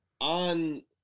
on